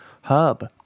hub